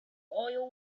oil